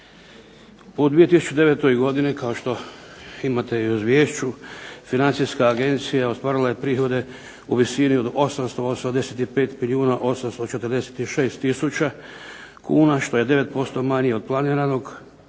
U 2009. godini kao što imate i u izvješću Financijska agencija ostvarila je prihode u visini od 885 milijuna 846 tisuća kuna što je 9% manje od planiranog